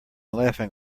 laughing